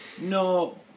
No